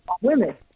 women